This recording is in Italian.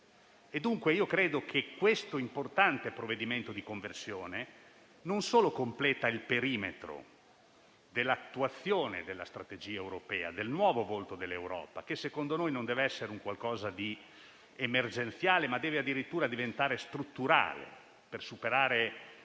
Dunque, credo che questo importante provvedimento di conversione completi innanzitutto il perimetro dell'attuazione della strategia europea e del nuovo volto dell'Europa, che secondo noi non deve essere emergenziale, ma deve addirittura diventare strutturale per superare